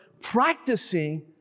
practicing